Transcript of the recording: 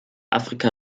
afrika